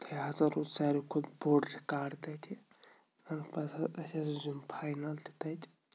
تۄہہِ ہسا روٗز ساروی کھۄت بوٚڑ رِکاڈ تَتہِ اَسہِ ہسا زیوٗن فاینَل تہِ تَتہِ